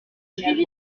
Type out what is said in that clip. suivi